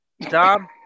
Dom